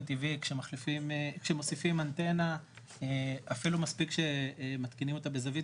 טבעי כשמוסיפים אנטנה אפילו מספיק שמתקינים אותה בזווית